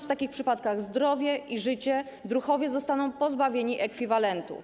W takich przypadkach, ratując zdrowie i życie, druhowie zostaną pozbawieni ekwiwalentu.